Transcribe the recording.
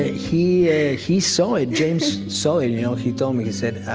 he ah he saw it james saw it. you know he told me. he said,